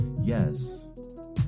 yes